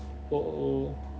oh oh